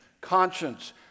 conscience